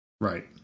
Right